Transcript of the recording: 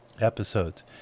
episodes